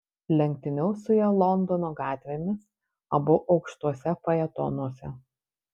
lenktyniaus su ja londono gatvėmis abu aukštuose fajetonuose